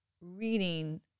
reading